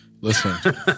Listen